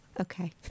Okay